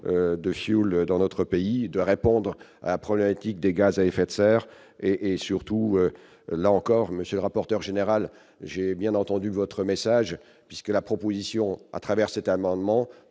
de fioul dans notre pays, de répondre à la problématique des gaz à effet de serre et et surtout, là encore monsieur rapporteur général, j'ai bien entendu votre message puisque la proposition à travers cet amendement